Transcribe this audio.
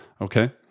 okay